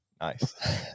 nice